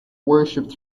worshipped